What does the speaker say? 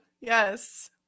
yes